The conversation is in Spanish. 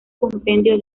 compendio